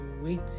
waiting